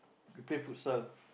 we play futsal